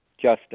Justin